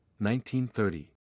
1930